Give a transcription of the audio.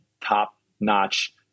top-notch